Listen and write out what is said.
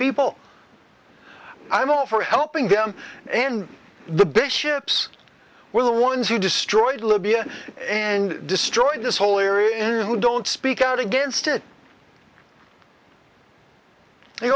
people i'm all for helping them and the big ships were the ones who destroyed libya and destroyed this whole area who don't speak out against it they